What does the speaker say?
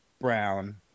Brown